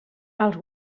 als